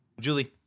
Julie